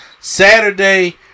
Saturday